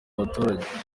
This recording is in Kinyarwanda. baturage